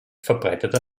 verbreiteter